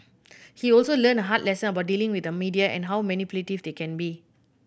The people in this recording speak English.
he also learned a hard lesson about dealing with the media and how manipulative they can be